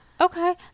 okay